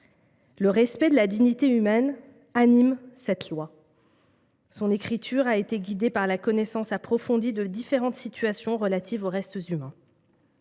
Le respect de la dignité humaine anime cette loi. Son écriture a été guidée par la connaissance approfondie de différentes situations relatives aux restes humains.